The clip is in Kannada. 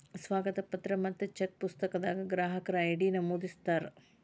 ಸ್ವಾಗತ ಪತ್ರ ಮತ್ತ ಚೆಕ್ ಪುಸ್ತಕದಾಗ ಗ್ರಾಹಕರ ಐ.ಡಿ ನಮೂದಿಸಿರ್ತಾರ